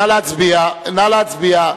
נא להצביע.